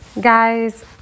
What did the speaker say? Guys